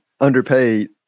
underpaid